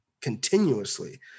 continuously